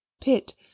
Pitt